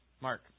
Mark